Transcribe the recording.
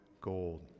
gold